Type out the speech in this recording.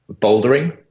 bouldering